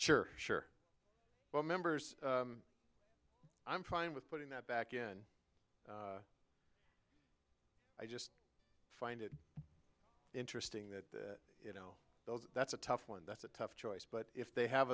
sure sure well members i'm fine with putting that back in i just find it interesting that you know that's a tough one that's a tough choice but if they have